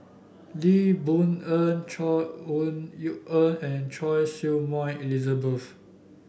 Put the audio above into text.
Lee Boon Ngan Chor Yeok Eng and Choy Su Moi Elizabeth